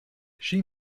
she